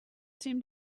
seemed